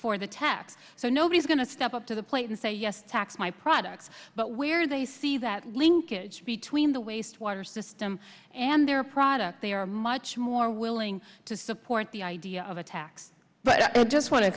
for the tax so nobody's going to step up to the plate and say yes tax my products but where they see that linkage between the wastewater system and their product they are much more willing to support the idea of a tax but i just want